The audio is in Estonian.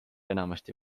enamasti